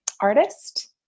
artist